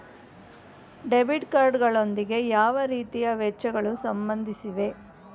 Debit card ಗಳೊಂದಿಗೆ ಯಾವ ರೀತಿಯ ವೆಚ್ಚಗಳು ಸಂಬಂಧಿಸಿವೆ?